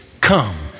come